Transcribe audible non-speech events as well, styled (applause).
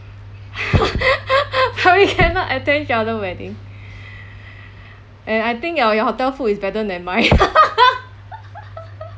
(laughs) probably cannot attend the other wedding (breath) and I think your your hotel food is better than mine (laughs)